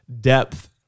depth